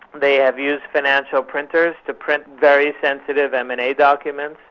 they have used financial printers to print very sensitive m and a documents,